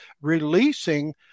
releasing